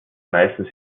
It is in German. meistens